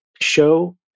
show